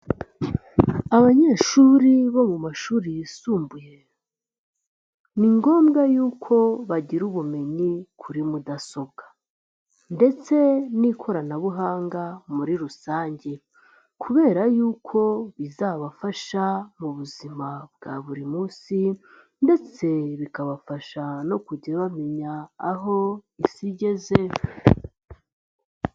Abanyeshuri bo mu mashuri yisumbuye, ni ngombwa yuko bagira ubumenyi kuri mudasobwa. Ndetse n'ikoranabuhanga muri rusange, kubera yuko bizabafasha mu buzima bwa buri munsi ndetse bikabafasha no kujya bamenya, aho isi igeze.